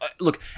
look